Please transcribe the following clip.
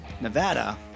Nevada